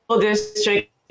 district